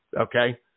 Okay